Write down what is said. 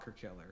Killer